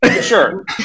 Sure